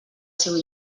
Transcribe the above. seu